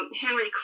Henry